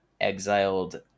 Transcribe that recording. exiled